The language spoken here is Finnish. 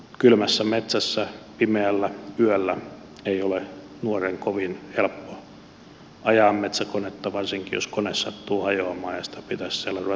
kylmässä metsässä pimeässä yössä ei ole nuoren kovin helppoa ajaa metsäkonetta varsinkin jos kone sattuu hajoamaan ja sitä pitäisi siellä ruveta korjailemaan